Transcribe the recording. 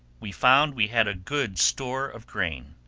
we found we had a good store of grain.